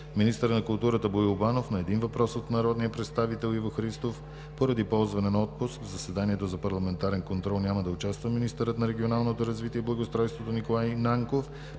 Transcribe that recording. министърът на културата Боил Банов – на един въпрос от народния представител Иво Христов. Поради ползване на отпуск в заседанието за парламентарен контрол няма да участва министърът на регионалното развитие и благоустройството Николай Нанков.